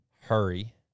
Hurry